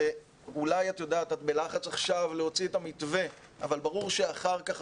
אולי את בלחץ עכשיו להוציא את המתווה אבל ברור שאחר כך